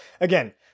again